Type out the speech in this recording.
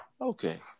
Okay